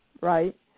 right